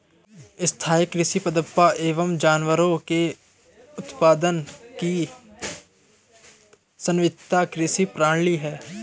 स्थाईं कृषि पादप एवं जानवरों के उत्पादन की समन्वित कृषि प्रणाली है